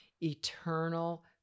eternal